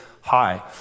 high